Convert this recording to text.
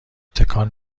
تکان